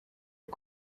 les